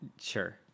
Sure